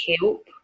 help